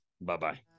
Bye-bye